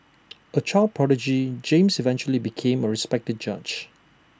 A child prodigy James eventually became A respected judge